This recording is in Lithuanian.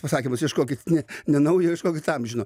pasakymas ieškokit ne ne naujo ieškokit amžino